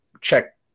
check